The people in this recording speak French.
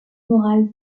moral